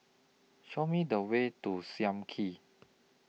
Show Me The Way to SAM Kee